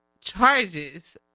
charges